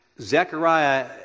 Zechariah